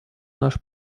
наш